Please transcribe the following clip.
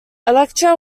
electra